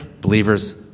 believers